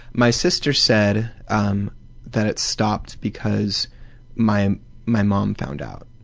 my sister said um that it stopped because my my mum found out